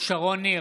שרון ניר,